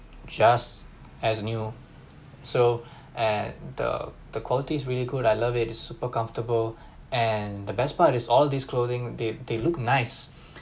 just as new so at the the quality is really good I love it it's super comfortable and the best part is all these clothing they they look nice